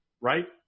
right